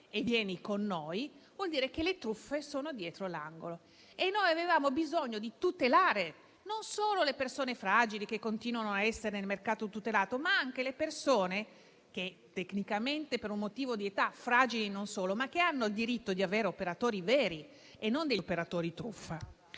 a chi dice loro «ti faccio risparmiare, vieni con noi». Noi avevamo bisogno di tutelare non solo le persone fragili, che continuano a essere nel mercato tutelato, ma anche le persone che tecnicamente, per un motivo di età, fragili non sono, ma hanno il diritto di avere operatori veri e non degli operatori truffa.